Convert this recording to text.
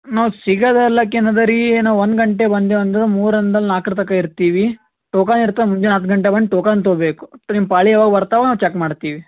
ನಾವು ಸಿಗೋದಿಲ್ಲಕೇನದ ರೀ ನಾವು ಒಂದು ಗಂಟೆಗೆ ಬಂದೆವಂದು ಮೂರಿಂದ ನಾಲ್ಕರ ತನಕ ಇರ್ತೀವಿ ಟೋಕನ್ ಇರ್ತದೆ ಮುಂಜಾನೆ ಹತ್ತು ಗಂಟೆಗೆ ಬಂದು ಟೋಕನ್ ತಗೋಬೇಕು ನಿಮ್ಮ ಪಾಳಿ ಯಾವಾಗ ಬರ್ತದ ಚೆಕ್ ಮಾಡ್ತೀವಿ